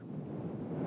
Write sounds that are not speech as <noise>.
<breath>